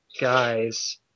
guys